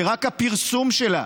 ורק הפרסום שלה,